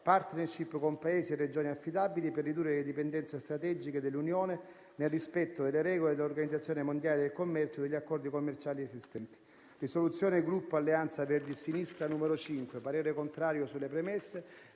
*partnership* con Paesi e regioni affidabili, per ridurre le dipendenze strategiche dell'Unione, nel rispetto delle regole dell'Organizzazione mondiale del commercio e degli accordi commerciali esistenti". Sulla proposta di risoluzione n. 5 del Gruppo Alleanza Verdi e Sinistra esprimo parere contrario sulle premesse